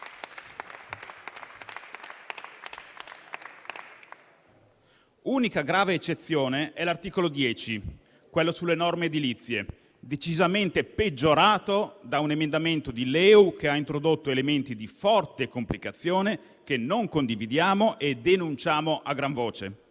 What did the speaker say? Unica grave eccezione è l'articolo 10, quello sulle norme edilizie, decisamente peggiorato da un emendamento del Gruppo Liberi e Uguali che ha introdotto elementi di forte complicazione che non condividiamo e denunciamo a gran voce.